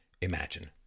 imagine